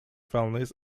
families